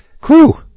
crew